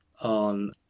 On